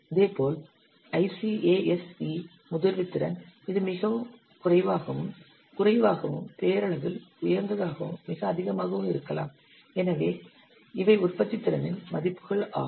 இதேபோல் ICASE முதிர்வு திறன் இது மிகக் குறைவாகவும் குறைவாகவும் பெயரளவில் உயர்ந்ததாகவும் மிக அதிகமாகவும் இருக்கலாம் இவை உற்பத்தித்திறனின் மதிப்புகள் ஆகும்